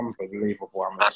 Unbelievable